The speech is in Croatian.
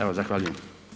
Evo, zahvaljujem.